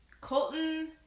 Colton